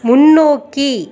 முன்னோக்கி